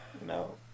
No